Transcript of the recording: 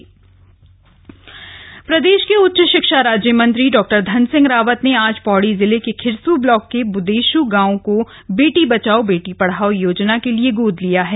बुदेशु गांव प्रदेश के उच्च शिक्षा राज्य मंत्री डॉ धन सिंह रावत ने आज पौड़ी जिले के खिर्स ब्लाक के बृदेश गांव को बेटी बचाओ बेटी पढ़ाओ योजना के लिए गोद लिया है